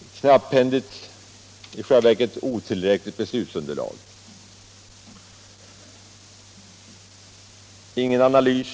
Ett knapphändigt, i själva verket otillräckligt beslutsunderlag presenteras — ingen analys